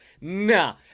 Nah